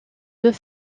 deux